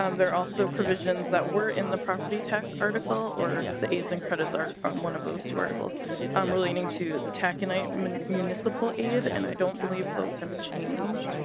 um also provisions that were in the property tax article or the aids and credits are are one of those two articles um related to taconite municipal aid and i don't believe those have changed.